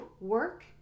work